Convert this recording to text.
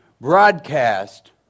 broadcast